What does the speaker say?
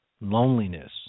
loneliness